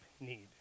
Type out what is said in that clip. need